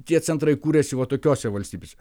tie centrai kuriasi va tokiose valstybėse